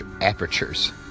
apertures